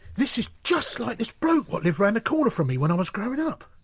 this is just like this bloke what lived round the corner from me when i was growing up.